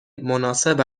مناسب